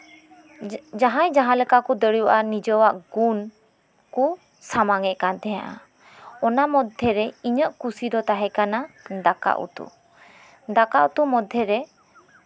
ᱡᱟᱦᱟᱸᱭ ᱡᱟᱦᱟᱸ ᱞᱮᱠᱟ ᱠᱚ ᱫᱟᱲᱮᱣᱟᱜᱼᱟ ᱱᱤᱡᱮᱣᱟᱜ ᱜᱩᱱ ᱠᱚ ᱥᱟᱢᱟᱝᱮᱫ ᱠᱟᱱ ᱛᱟᱦᱮᱸᱱᱟ ᱚᱱᱟ ᱢᱚᱫᱽᱫᱷᱮ ᱨᱮ ᱤᱧᱟᱹᱜ ᱠᱩᱥᱤ ᱫᱚ ᱛᱟᱦᱮᱸ ᱠᱟᱱᱟ ᱫᱟᱠᱟ ᱩᱛᱩ ᱫᱟᱠᱟ ᱩᱛᱩ ᱢᱚᱫᱽᱫᱷᱮ ᱨᱮ